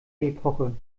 epoche